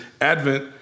Advent